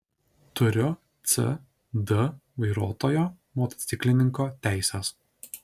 turiu c d vairuotojo motociklininko teises